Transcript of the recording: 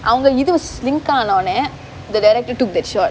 அவங்க இது:avanga ithu sync ஆன ஓனே:aanaa onae the director took that shot